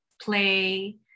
play